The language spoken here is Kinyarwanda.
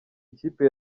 ikipe